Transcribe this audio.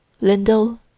Lindell